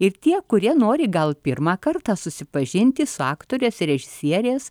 ir tie kurie nori gal pirmą kartą susipažinti su aktorės režisierės